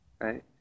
right